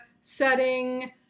setting